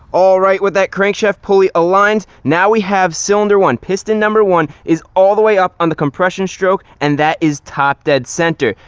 alright, with that crankshaft pulley aligned, now we have cylinder one, piston number one is all the way up on the compression stroke, and that is top dead center.